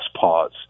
pause